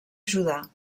judà